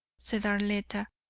said arletta,